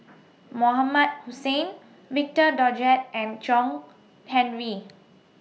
Mohamed Hussain Victor Doggett and John Henry